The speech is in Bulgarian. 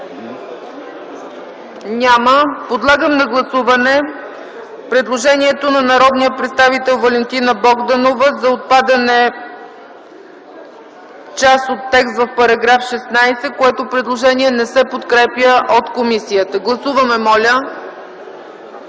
Няма. Подлагам на гласуване предложението на народния представител Валентина Богданова за отпадане част от текст в § 16, което предложение не се подкрепя от комисията. Гласували